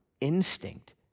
instinct